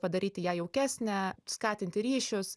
padaryti ją jaukesnę skatinti ryšius